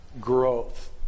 growth